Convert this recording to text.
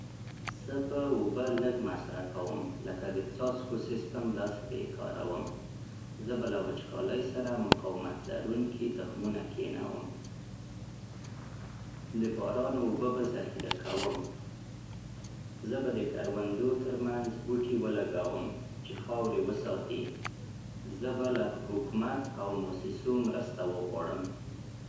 زه به اوبه لږ مصرفوم، لکه د څاڅکو سیسټم داسې به يې کاروم. زه به له وچکالۍ سره مقاومت لرونکي تخمونه کښینوم. د باران اوبه به ذخیره کوم. زه به د کروندو ترمنځ بوټي ولګوم چې خاورې وساتي. زه به له حکومت او موسسو مرسته وغواړم.